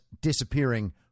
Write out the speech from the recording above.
disappearing